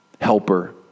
helper